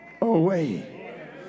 away